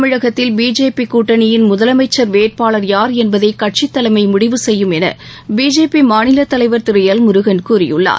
தமிழகத்தில் பிஜேபி கூட்டணியின் முதலமைச்சர் வேட்பாளர் யார் என்பதை கட்சித் தலைமை முடிவு செய்யும் என பிஜேபி மாநிலத் தலைவர் திரு எல் முருகன் கூறியுள்ளார்